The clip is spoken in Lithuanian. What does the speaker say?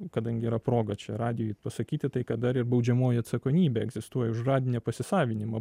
kadangi yra proga čia radijuj pasakyti tai kad dar ir baudžiamoji atsakomybė egzistuoja už radinio pasisavinimą